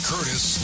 Curtis